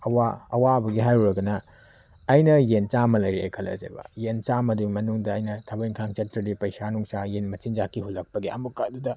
ꯑꯋꯥꯕꯒꯤ ꯍꯥꯏꯔꯨꯔꯒꯅ ꯑꯩꯅ ꯌꯦꯟ ꯆꯥꯝꯃ ꯂꯩꯔꯛꯑꯦ ꯈꯜꯂꯁꯦꯕ ꯌꯦꯟ ꯆꯥꯝꯃꯗꯨꯒꯤ ꯃꯅꯨꯡꯗ ꯑꯩꯅ ꯊꯕꯛ ꯏꯪꯈꯥꯡ ꯆꯠꯇ꯭ꯔꯗꯤ ꯄꯩꯁꯥ ꯅꯨꯡꯁꯥ ꯌꯦꯟ ꯃꯆꯤꯟꯖꯥꯛꯀꯤ ꯍꯨꯜꯂꯛꯄꯒꯤ ꯑꯃꯨꯛꯀ ꯑꯗꯨꯗ